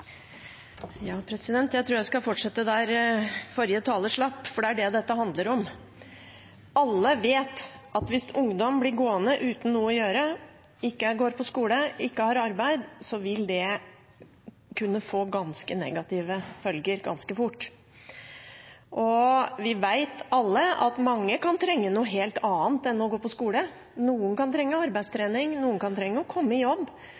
Jeg tror jeg skal fortsette der forrige taler slapp, for det er det dette handler om. Alle vet at hvis ungdom blir gående uten noe å gjøre, ikke går på skole, ikke har arbeid, vil det kunne få ganske negative følger ganske fort. Og vi vet alle at mange kan trenge noe helt annet enn å gå på skole. Noen trenger arbeidstrening, noen trenger å komme i jobb,